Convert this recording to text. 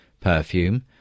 perfume